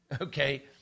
okay